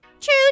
True